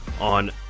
on